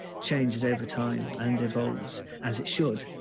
changes over time and evolves as it should.